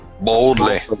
Boldly